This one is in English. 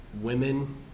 women